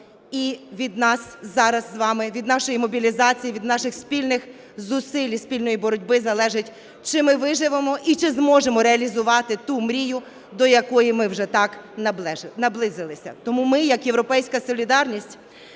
І від нас зараз із вами, від нашої мобілізації, від наших спільних зусиль і спільної боротьби залежить, чи ми виживемо і чи зможемо реалізувати ту мрію, до якої ми вже так наблизилися. Тому ми як "Європейська солідарність",